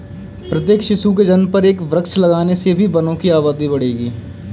प्रत्येक शिशु के जन्म पर एक वृक्ष लगाने से भी वनों की आबादी बढ़ेगी